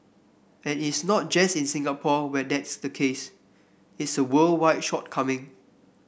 and it's not just in Singapore where that's the case it's a worldwide shortcoming